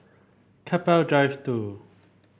Keppel Drive Two